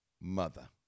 Mother